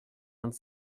vingt